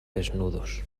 desnudos